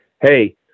Hey